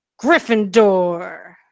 gryffindor